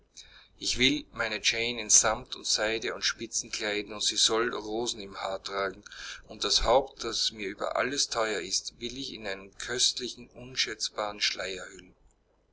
ich will meine jane in samt und seide und spitzen kleiden und sie soll rosen im haar tragen und das haupt das mir über alles teuer ist will ich in einen köstlichen unschätzbaren schleier